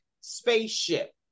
spaceship